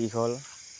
দীঘল